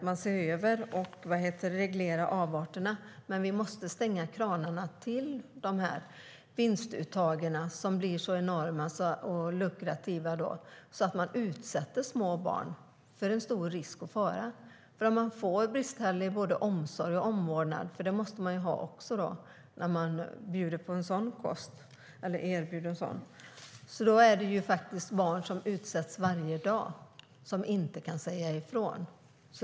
Man ser över och reglerar avarterna, men vi måste stänga kranarna till de vinstuttag som blir så enorma och lukrativa att man utsätter små barn för stor risk och fara. Om man erbjuder en sådan kost får de en bristfällig omsorg och omvårdnad. Barn utsätts varje dag och kan inte säga ifrån.